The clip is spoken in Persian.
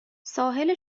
ساحل